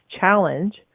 challenge